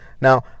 now